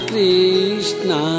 Krishna